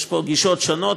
יש פה גישות שונות,